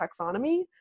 taxonomy